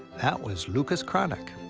that was lucas cranach.